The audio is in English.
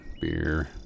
beer